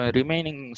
remaining